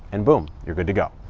and boom, you're good to go.